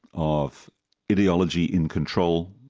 of ideology in control,